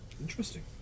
interesting